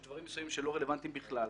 יש דברים מסוימים שלא רלוונטיים בכלל,